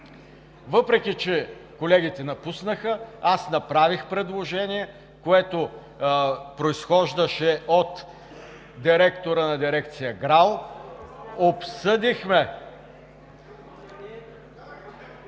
Въпреки че колегите напуснаха, аз направих предложение, което произхождаше от директора на дирекция ГРАО и обсъдихме…